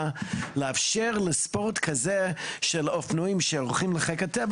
לאפשר לספורט כזה של אופנועים שהולכים לחיק הטבע,